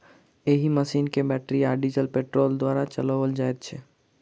एहि मशीन के बैटरी आ डीजल पेट्रोल द्वारा चलाओल जाइत छै